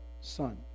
Son